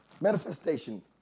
manifestation